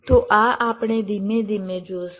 તો આ આપણે ધીમે ધીમે જોશું